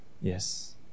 Yes